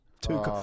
Two